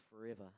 forever